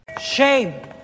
Shame